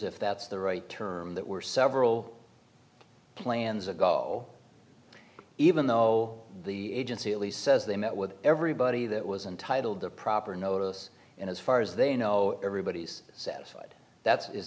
if that's the right term that were several plans ago even though the agency only says they met with everybody that was entitled the proper notice and as far as they know everybody's satisfied that is